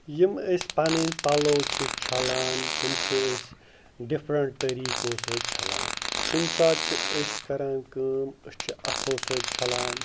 یِم أسۍ پَنٕنۍ پَلو چھِ چھَلان تِم چھِ أسۍ ڈِفرنٛٹ طٔریٖقو سۭتۍ چھَلان کُنہِ ساتہٕ چھِ أسۍ کَران کٲم أسۍ چھِ اَتھو سۭتۍ چھَلان